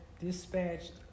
dispatched